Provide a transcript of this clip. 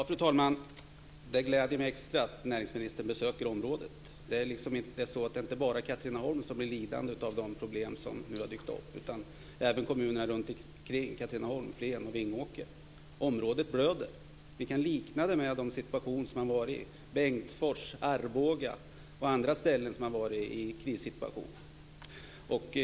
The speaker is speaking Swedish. Fru talman! Det gläder mig extra att näringsministern besöker området. Det är inte bara Katrineholm som blir lidande av de problem som nu har dykt upp, utan även kommunerna runtomkring: Flen och Vingåker. Området blöder. Vi kan likna det vid den situation som har varit i Bengtsfors, Arboga och på andra ställen som har varit i krissituation.